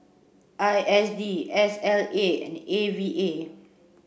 I S D S L A and A V A